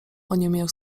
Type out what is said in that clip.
oniemiał